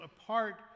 apart